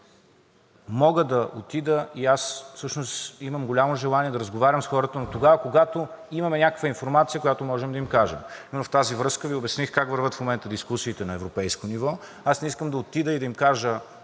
Мога да отида, и аз всъщност имам голямо желание да разговарям с хората, но тогава, когато имаме някаква информация, която можем да им кажем. В тази връзка Ви обясних как вървят в момента дискусиите на европейско ниво. Аз не искам да отида и да им кажа